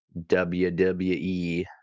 WWE